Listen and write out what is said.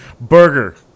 Burger